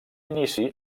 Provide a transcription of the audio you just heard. inici